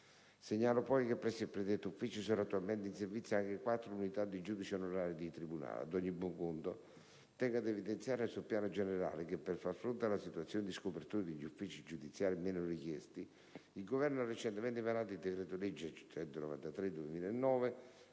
Segnalo, poi, che presso il predetto ufficio sono attualmente in servizio anche quattro unità di giudice onorario di tribunale. Ad ogni buon conto, tengo ad evidenziare, sul piano generale, che per far fronte alla situazione di scopertura degli uffici giudiziari meno richiesti, il Governo ha recentemente emanato il decreto-legge n. 193 del 2009,